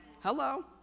Hello